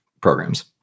programs